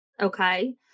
Okay